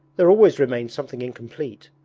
there always remains something incomplete.